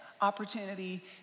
opportunity